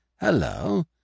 Hello